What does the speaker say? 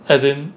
as in